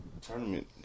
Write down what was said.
Tournament